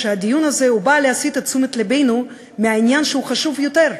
שהדיון הזה בא להסיט את תשומת לבנו מהעניין שהוא חשוב יותר,